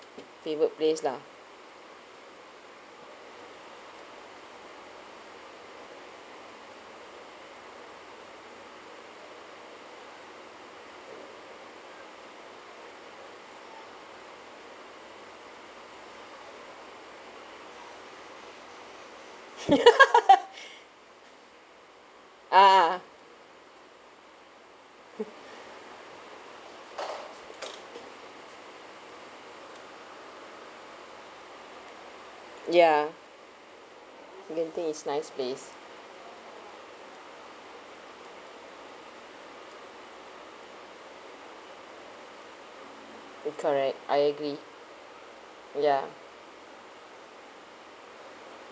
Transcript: favourite place lah a'ah ya genting is nice place it correct I agree ya